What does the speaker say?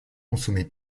consommée